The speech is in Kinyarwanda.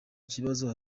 kibazo